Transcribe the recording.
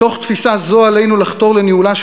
מתוך תפיסה זו עלינו לחתור לניהולה של